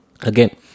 again